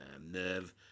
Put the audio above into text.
nerve